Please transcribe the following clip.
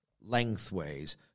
lengthways